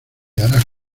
harás